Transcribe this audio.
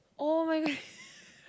[oh]-my-god